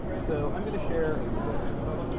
so i'm gonna share a window over here